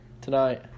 tonight